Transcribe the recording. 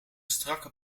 strakke